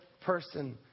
person